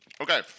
okay